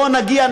בו נגיע,